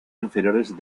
inferiores